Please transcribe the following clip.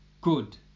good